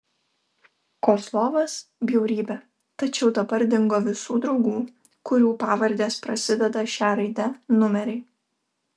kozlovas bjaurybė tačiau dabar dingo visų draugų kurių pavardės prasideda šia raide numeriai